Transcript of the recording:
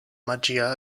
magia